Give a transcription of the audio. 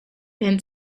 then